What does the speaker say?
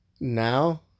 now